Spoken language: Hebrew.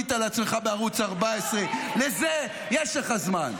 שבנית לעצמך בערוץ 14, לזה יש לך זמן.